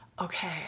okay